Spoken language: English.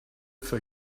for